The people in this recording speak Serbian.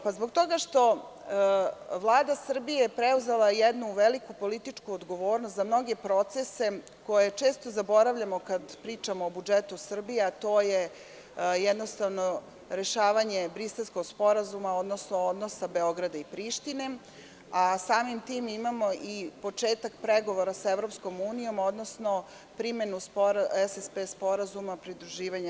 Pa zbog toga što Vlada Srbije je preuzela jednu veliku političku odgovornost za mnoge procese koje često zaboravljamo kada pričamo o budžetu Srbije, a to je rešavanje Briselskog sporazuma, odnosno odnosa Beograda i Prištine, a samim tim imamo i početak pregovora sa EU, odnosno primenu SSP sporazuma pridruživanja EU.